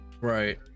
Right